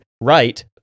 right